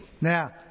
Now